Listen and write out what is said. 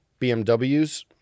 BMWs